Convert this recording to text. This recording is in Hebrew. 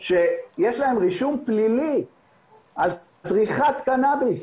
שיש להם רישום פלילי על צריכת קנאביס,